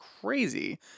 crazy